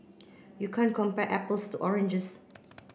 you can't compare apples to oranges